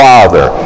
Father